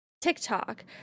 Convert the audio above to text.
TikTok